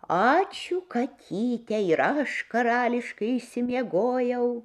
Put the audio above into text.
ačiū katyte ir aš karališkai išsimiegojau